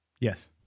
Yes